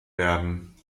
werden